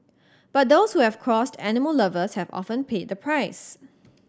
but those who have crossed animal lovers have often paid the price